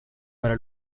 para